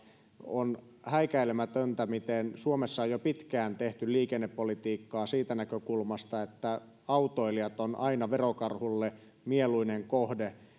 on häikäilemätöntä miten suomessa on jo pitkään tehty liikennepolitiikkaa siitä näkökulmasta että autoilijat ovat aina verokarhulle mieluinen kohde